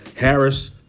Harris